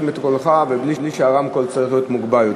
קולך ובלי שהרמקול צריך להיות מוגבר.